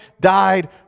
died